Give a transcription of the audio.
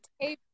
table